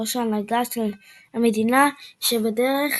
ראש ההנהגה של "המדינה שבדרך",